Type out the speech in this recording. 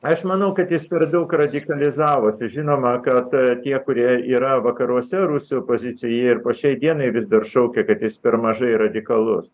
aš manau kad jis per daug radikalizavosi žinoma kad tie kurie yra vakaruose rusų opozicija ir po šiai dienai vis dar šaukia kad jis per mažai radikalus